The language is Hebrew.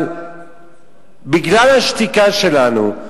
אבל בגלל השתיקה שלנו,